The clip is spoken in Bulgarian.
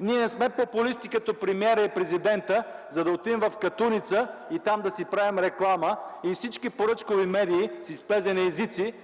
Ние не сме популисти като премиера и президента, за да отидем в Катуница и там да си правим реклама! И всички поръчкови медии с изплезени езици